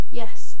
yes